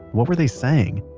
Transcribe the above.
what were they saying,